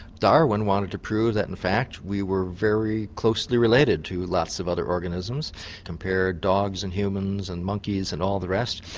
darwin wanted to prove that in fact we were very closely related to lots of other organisms compared dogs and humans and monkeys and all the rest,